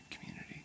community